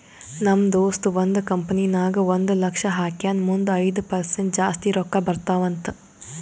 ನಮ್ ದೋಸ್ತ ಒಂದ್ ಕಂಪನಿ ನಾಗ್ ಒಂದ್ ಲಕ್ಷ ಹಾಕ್ಯಾನ್ ಮುಂದ್ ಐಯ್ದ ಪರ್ಸೆಂಟ್ ಜಾಸ್ತಿ ರೊಕ್ಕಾ ಬರ್ತಾವ ಅಂತ್